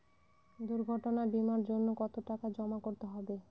দুর্ঘটনা বিমার জন্য কত টাকা জমা করতে হবে?